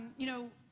you know,